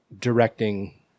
directing